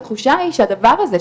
התחושה היא שהדבר הזה,